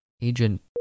Agent